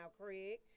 Craig